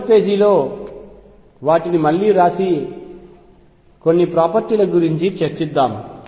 తదుపరి పేజీలో వాటిని మళ్ళీ వ్రాసి కొన్ని ప్రాపర్టీ ల గురించి చర్చిద్దాం